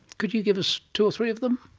could you give us two or three of them?